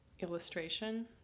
illustration